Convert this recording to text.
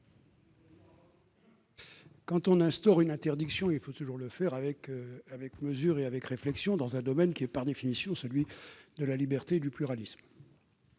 Quand on instaure une interdiction, il faut toujours le faire avec mesure et réflexion, dans un domaine qui est, par définition, celui de la liberté et du pluralisme